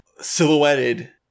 silhouetted